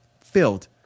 Filled